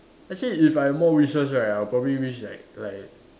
actually if I've more wishes I would probably wish like like